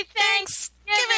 Thanksgiving